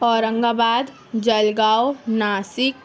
اورنگ آباد جل گاؤں ناسک